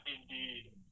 indeed